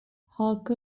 halka